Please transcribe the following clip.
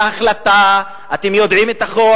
יש כבר החלטה, אתם יודעים את הכול.